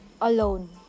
alone